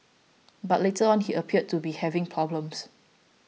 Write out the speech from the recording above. but later on he appeared to be having problems